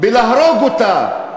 להרוג אותה.